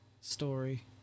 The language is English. story